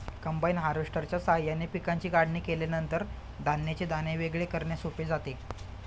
combine हार्वेस्टरच्या साहाय्याने पिकांची काढणी केल्यानंतर धान्याचे दाणे वेगळे करणे सोपे जाते